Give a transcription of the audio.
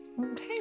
Okay